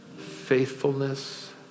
faithfulness